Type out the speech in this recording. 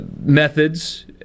methods